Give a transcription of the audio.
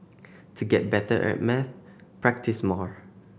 to get better at maths practise more